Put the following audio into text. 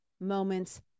moments